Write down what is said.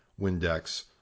Windex –